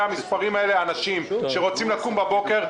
המספרים האלה אנשים שרוצים לקום בבוקר,